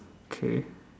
okay